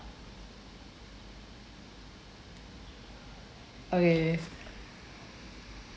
okay